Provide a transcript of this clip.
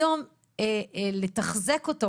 היום לתחזק אותו